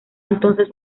entonces